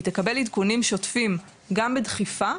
היא תקבל עדכונים שוטפים גם בדחיפה,